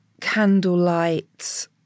candlelight